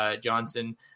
Johnson